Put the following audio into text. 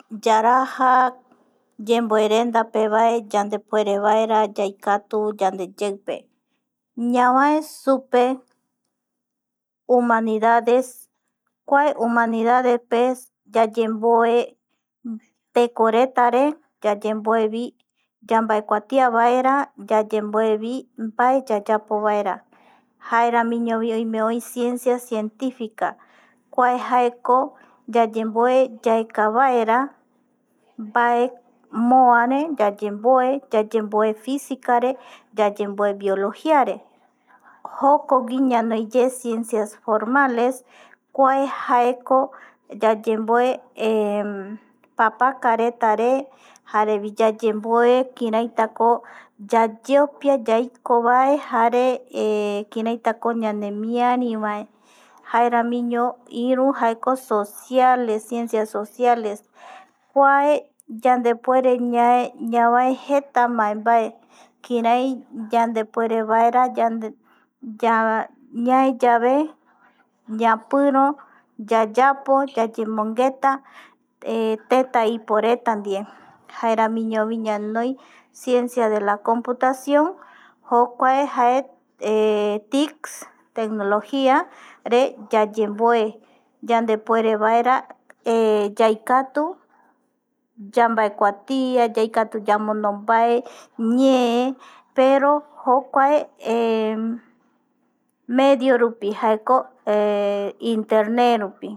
Yaraja yemborenda pe vae yandepuere vaera yaikatu yandeyeupe ñavae supe humanidades kua humanidades pes yayemboe, tekoretare, yayemboevi, yambae kuatiavaera, yayemboevi mbae yayapovaera, jaeramiñovi oime oi ciencia científica, kua jaeko yayemboe yaeka vaera mbae, moare yayemboe, yayemboe físicare yayemboe biologíare, jokuagui ñanoi ciencias formales kuae jaeko yayemboe papakaretare jare yayemboe kiraitako yayeopia yaikovae jare kiraitako ñanemiari vae, jaeramiño iru jaeko sociales ciencia sociales kua yandepuere ñae, ñavae jeta mbae, mbae, kirai yandepuerevaera ñaeyave yapiro yayapo yayemongueta teta iporeta ndiei jaeramiñovi ñanoi ciencia de la computación jokuae jae TIC tecnologíare yayemboe yandepuerevaera yaikatu yambaekuatia, yaikatu yamondo mbae ñee pero jokuae medio rupi jaeko, internet rupi